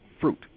fruit